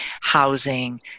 housing